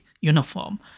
uniform